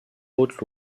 haute